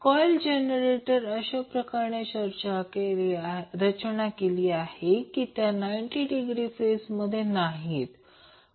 coil जनरेटरमध्ये अशाप्रकारे रचना आहेत की त्या 90 डिग्री फेजमध्ये नाहीत